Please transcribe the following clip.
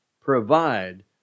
provide